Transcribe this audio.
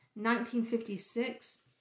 1956